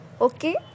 okay